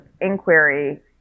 inquiry